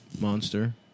monster